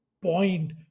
point